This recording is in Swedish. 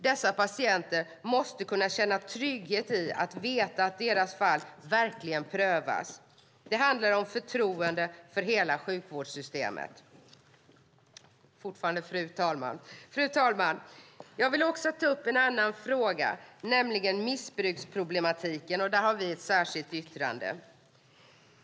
Dessa patienter måste kunna känna trygghet i att veta att deras fall verkligen prövas. Det handlar om förtroende för hela sjukvårdssystemet. Fru talman! Jag vill också ta upp en annan fråga, nämligen missbruksproblematiken. Där har vi ett särskilt yttrande.